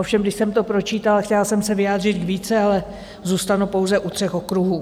Ovšem když jsem to pročítala, chtěla jsem se vyjádřit k více, ale zůstanu pouze u třech okruhů.